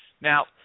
Now